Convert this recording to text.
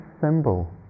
symbol